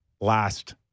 last